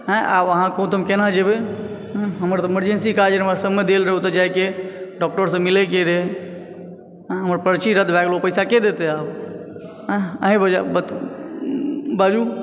आब अहाँ कहूँ तऽ हम केना जेबै हमर तऽ इमर्जेन्सी काज रहै हमर समय देल रहै ओतय ज़ायक़े डॉक्टर से मिलय के रहय हमर पर्ची रद्द भए गेलै पैसा के देतै आब अहीं बाजू